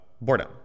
boredom